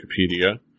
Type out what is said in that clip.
Wikipedia